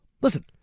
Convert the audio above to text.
Listen